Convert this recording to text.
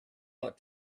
what